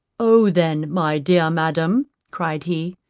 oh then, my dear madam, cried he,